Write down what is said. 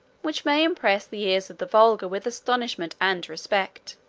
which may impress the ears of the vulgar with astonishment and respect.